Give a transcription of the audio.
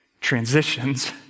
transitions